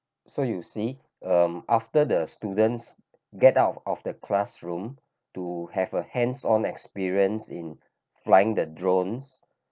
so you see um after the students get out of the classroom to have a hands on experience in flying the drones